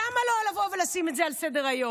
למה לא לבוא ולשים את זה על סדר-היום?